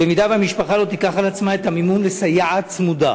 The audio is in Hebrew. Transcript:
במידה שהמשפחה לא תיקח על עצמה את המימון לסייעת צמודה.